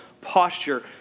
posture